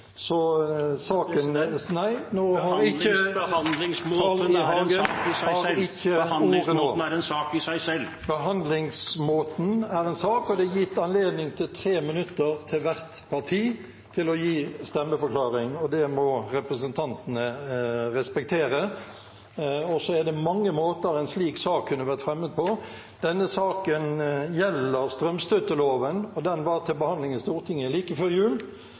ikke fått ordet nå. Behandlingsmåten er en sak, og det er gitt anledning til 3 minutter til hvert parti til å gi en stemmeforklaring. Det må representantene respektere. Så er det mange måter en slik sak kunne vært fremmet på. Denne saken gjelder strømstøtteloven, og den var til behandling i Stortinget like før jul: